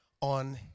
on